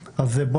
אותם.